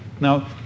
Now